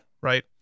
right